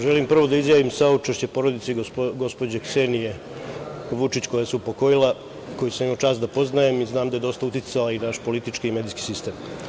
Želim prvo da izjavim saučešće porodici gospođe Ksenije Vučić koja se upokojila, koju sam imao čast da poznajem i znam da je dosta uticala i na naš politički i medijski sistem.